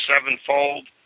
sevenfold